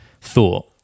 thought